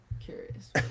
Curious